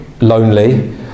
lonely